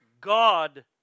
God